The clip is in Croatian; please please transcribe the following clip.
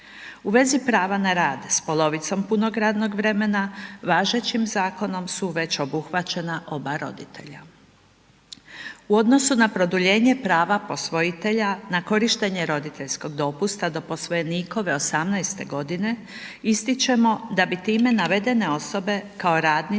U vezi prava na rad s polovicom punog radnog vremena, važećim zakonom su već obuhvaćena oba roditelja. U odnosu na produljenje prava posvojitelja na korištenje roditeljskog dopusta do posvojenikove 18 g., ističemo da bi time navedene osobe kao radnici